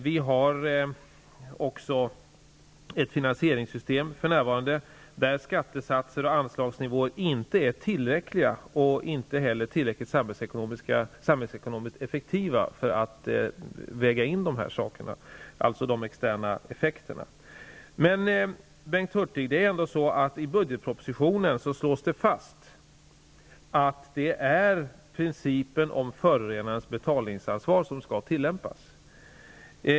Vi har för närvarande ett finansieringssystem, där skattesatser och anslagsnivåer inte är tillräckliga och inte heller tillräckligt samhällsekonomiskt effektiva för att väga in de externa effekterna. I budgetpropositionen slås, Bengt Hurtig, fast att principen om förorenarens betalningsansvar skall tillämpas.